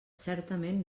certament